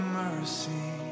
mercy